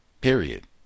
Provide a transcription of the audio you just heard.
period